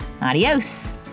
adios